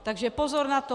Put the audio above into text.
Takže pozor na to.